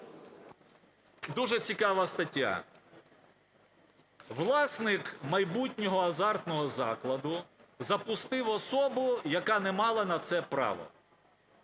Дуже цікава стаття. Власник майбутнього азартного закладу запустив особу, яка не мала на це права.